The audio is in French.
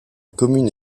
commune